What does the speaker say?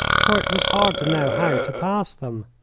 for it was hard to know how to pass them.